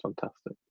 fantastic